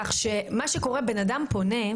--- כשבן אדם פונה,